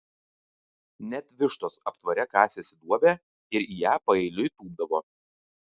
net vištos aptvare kasėsi duobę ir į ją paeiliui tūpdavo